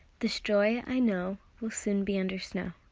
this joy, i know, will soon be under snow.